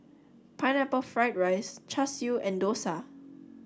Pineapple Fried Rice Char Siu and Dosa